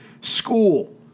school